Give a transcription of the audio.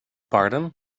pardon